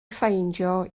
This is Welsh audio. ffeindio